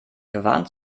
gewarnt